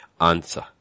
answer